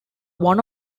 one